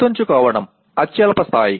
గుర్తుంచుకోవటం అత్యల్ప స్థాయి